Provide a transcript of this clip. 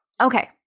Okay